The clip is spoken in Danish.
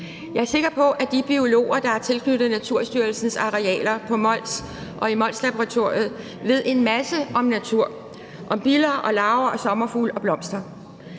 Jeg er sikker på, at de biologer, der er tilknyttet Naturstyrelsens arealer på Mols og i Molslaboratoriet, ved en masse om natur, om biller, larver, sommerfugle og blomster.